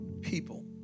people